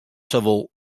sawol